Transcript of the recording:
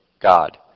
God